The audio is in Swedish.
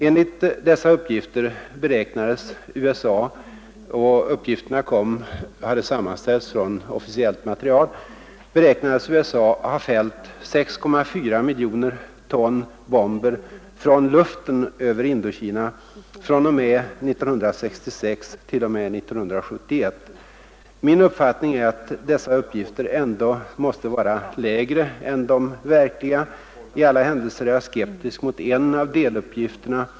Enligt dessa uppgifter — och uppgifterna hade sammanställts ur officiellt material — beräknades USA ha fällt 6,4 miljoner ton bomber Ang. Förenta från luften över Indokina under tiden 1966—1971. Min uppfattning är Staternas krigföring att dessa uppgifter ändå måste vara lägre än de verkliga. I alla händelser är i Indokina, m.m. jag skeptisk mot en av deluppgifterna.